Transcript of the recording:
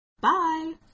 Bye